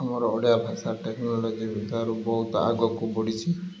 ଆମର ଓଡ଼ିଆ ଭାଷା ଟେକ୍ନୋଲୋଜି ଭିତରୁ ବହୁତ ଆଗକୁ ବଢ଼ିଛି